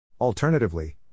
Alternatively